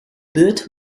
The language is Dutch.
beurt